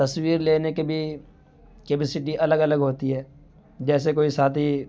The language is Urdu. تصویر لینے کے بھی کیپیسٹی الگ الگ ہوتی ہے جیسے کوئی ساتھی